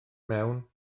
mewn